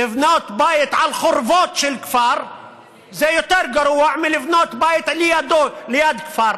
לבנות בית על חורבות של כפר זה יותר גרוע מלבנות בית ליד כפר.